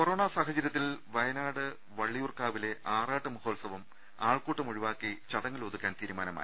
കൊറോണയുടെ സാഹചര്യത്തിൽ വയനാട് വള്ളി യൂർക്കാവിലെ ആറാട്ട് മഹോത്സ്വം ആൾക്കൂട്ടമൊഴി വാക്കി ചടങ്ങിലൊതുക്കാൻ തീരുമാനമായി